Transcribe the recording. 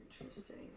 Interesting